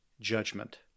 judgment